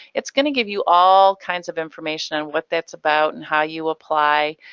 it's going to give you all kinds of information on what that's about, and how you apply,